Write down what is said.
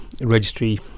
registry